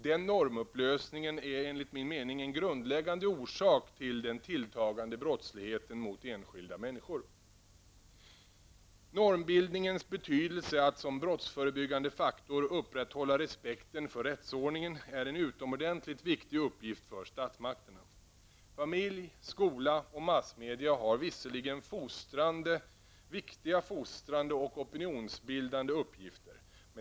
Den normupplösningen är enligt min mening en grundläggande orsak till den tilltagande brottsligheten gentemot enskilda människor. Normbildningens betydelse när det gäller att som brottsförebyggande faktor upprätthålla respekten för rättsordningen är utomordentligt viktig. Familj, skola och massmedia har här en viktig fostrande och opinionsbildande uppgift.